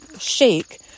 shake